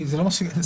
כי זה לא מה שכתוב.